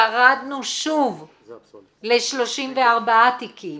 ירדנו שוב ל-34 תיקים,